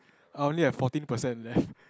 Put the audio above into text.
I only have fourteen percent left